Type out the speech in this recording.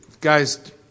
guys